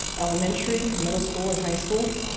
elementary, middle school, and high school.